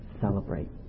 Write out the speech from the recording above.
celebrate